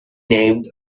named